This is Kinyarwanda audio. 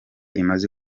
imaze